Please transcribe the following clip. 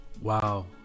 Wow